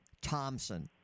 Thompson